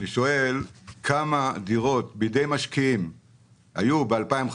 אני שואל כמה דירות היו בידי המשקיעים ב-2015,